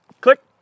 Click